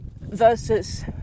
versus